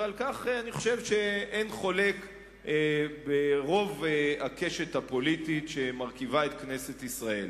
ועל כך אני חושב שאין חולק ברוב הקשת הפוליטית שמרכיבה את כנסת ישראל.